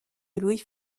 louis